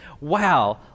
wow